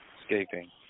escaping